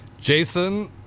Jason